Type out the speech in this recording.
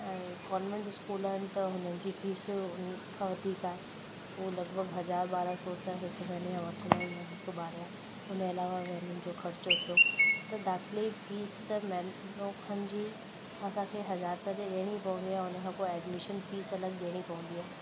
ऐं convent school आहिनि त हुनजी फ़ीस हुनखां वधीक आहे हू लॻभॻि हज़ार ॿारहं सौ त हिक महीने जा वठंदा ई आहिनि हिक ॿार जा हुनजे अलावा वेननि जो ख़र्चो थियो त दाखिले जी फ़ीस त महीनो खणि जी असांखे हज़ार रुपया त ॾियणी पवंदी आहे उनखां पोइ एडमिशन फ़ीस अलॻि ॾियणी पवंदी आहे